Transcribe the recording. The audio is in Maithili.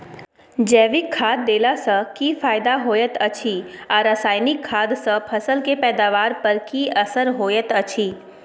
जैविक खाद देला सॅ की फायदा होयत अछि आ रसायनिक खाद सॅ फसल के पैदावार पर की असर होयत अछि?